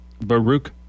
Baruch